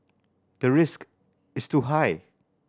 the risk is too high